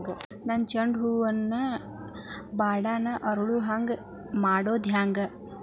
ನನ್ನ ಚಂಡ ಹೂ ಅನ್ನ ನಾನು ಬಡಾನ್ ಅರಳು ಹಾಂಗ ಮಾಡೋದು ಹ್ಯಾಂಗ್?